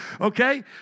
okay